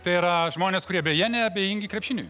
tai yra žmonės kurie beje neabejingi krepšiniui